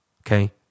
Okay